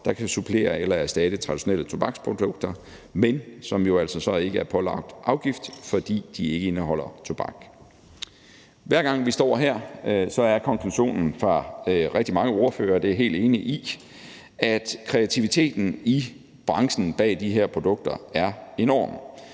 der kan supplere eller erstatte traditionelle tobaksprodukter, men som jo altså så ikke er pålagt afgift, fordi de ikke indeholder tobak. Hver gang vi står her, er konklusionen fra rigtig mange ordførere – og det er jeg helt enig i – at kreativiteten i branchen bag de her produkter er enorm,